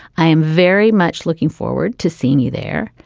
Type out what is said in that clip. i am very much looking forward to seeing you there.